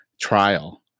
trial